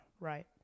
right